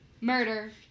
murder